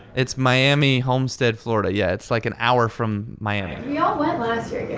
it's miami homestead, florida, yeah. it's like an hour from miami. we all went last year, yeah